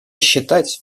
считать